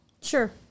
Sure